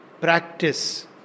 Practice